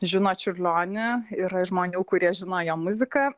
žino čiurlionį yra žmonių kurie žino jo muziką